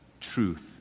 truth